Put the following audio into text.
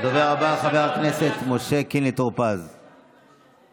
הדובר הבא, חבר הכנסת משה קינלי טור פז, בבקשה.